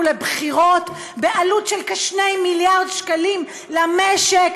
לבחירות בעלות של כ-2 מיליארד שקלים למשק,